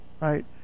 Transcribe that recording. right